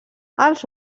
els